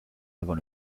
avant